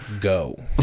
Go